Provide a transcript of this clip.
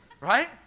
Right